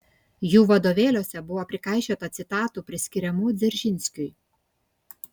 jų vadovėliuose buvo prikaišiota citatų priskiriamų dzeržinskiui